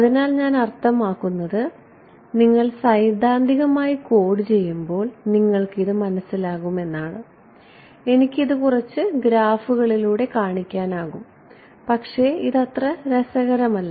അതിനാൽ ഞാൻ അർത്ഥമാക്കുന്നത് നിങ്ങൾ സൈദ്ധാന്തികമായി കോഡ് ചെയ്യുമ്പോൾ നിങ്ങൾക്ക് ഇത് മനസ്സിലാകും എന്നാണ് എനിക്ക് ഇത് കുറച്ച് ഗ്രാഫുകളിൽ കാണിക്കാൻ കഴിയും പക്ഷേ ഇത് അത്ര രസകരമല്ല